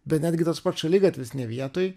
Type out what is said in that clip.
bet netgi tas pats šaligatvis ne vietoj